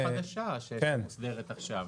זה משהו חדש שמוסדר עכשיו.